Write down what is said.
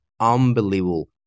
unbelievable